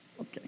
okay